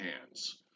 hands